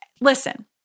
Listen